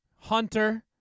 Hunter